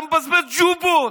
אתה מבזבז ג'ובות.